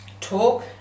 talk